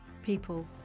people